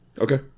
Okay